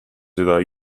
seda